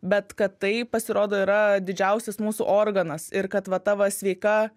bet kad tai pasirodo yra didžiausias mūsų organas ir kad va ta va sveika